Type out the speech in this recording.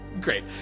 Great